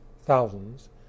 thousands